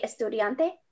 estudiante